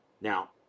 Now